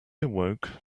awoke